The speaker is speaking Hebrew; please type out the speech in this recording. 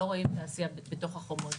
לא רואים את העשייה בתוך החומות.